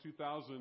2,000